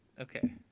Okay